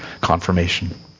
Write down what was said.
confirmation